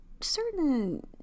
certain